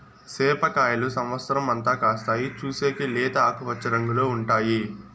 సేప కాయలు సమత్సరం అంతా కాస్తాయి, చూసేకి లేత ఆకుపచ్చ రంగులో ఉంటాయి